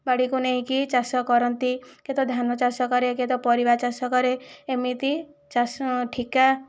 ବାଡ଼ିକୁ ନେଇକି ଚାଷ କରନ୍ତି କିଏ ତ ଧାନ ଚାଷ କରେ କିଏ ତ ପରିବା ଚାଷ କରେ ଏମିତି ଚାଷ ଠିକା